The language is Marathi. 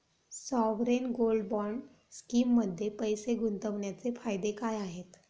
सॉवरेन गोल्ड बॉण्ड स्कीममध्ये पैसे गुंतवण्याचे फायदे काय आहेत?